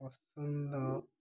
ପସନ୍ଦ